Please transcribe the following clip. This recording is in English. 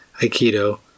Aikido